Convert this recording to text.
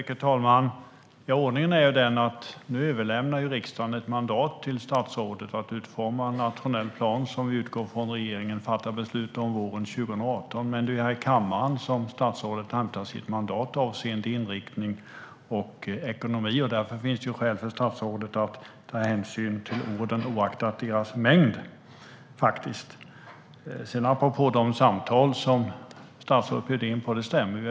Herr talman! Ordningen är den att nu överlämnar riksdagen ett mandat till statsrådet att utforma en nationell plan som vi utgår från att regeringen fattar beslut om våren 2018. Men det är här i kammaren som statsrådet hämtar sitt mandat avseende inriktning och ekonomi. Därför finns det skäl för statsrådet att ta hänsyn till orden oaktat deras mängd. Apropå de samtal som statsrådet bjöd in till stämmer det.